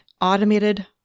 automated